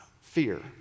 Fear